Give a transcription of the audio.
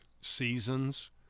seasons